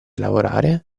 lavorare